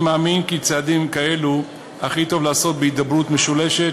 אני מאמין כי צעדים כאלו הכי טוב לעשות בהידברות משולשת,